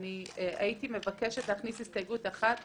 עד